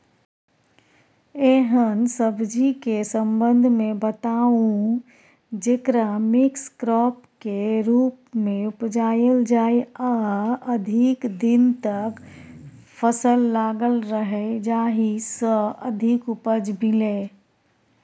एहन सब्जी के संबंध मे बताऊ जेकरा मिक्स क्रॉप के रूप मे उपजायल जाय आ अधिक दिन तक फसल लागल रहे जाहि स अधिक उपज मिले?